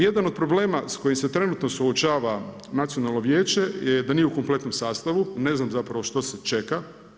Jedan od problema s kojim se trenutno suočava nacionalno vijeće je da nije u kompletnom sastavu, ne znam zapravo što se čeka.